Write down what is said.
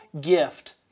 gift